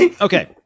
Okay